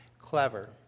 Clever